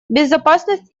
безопасность